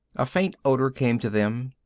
a faint odor came to them,